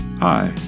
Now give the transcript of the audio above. Hi